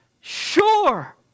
sure